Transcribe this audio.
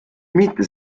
mitte